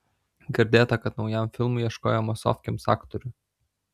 girdėta kad naujam filmui ieškojo masofkėms aktorių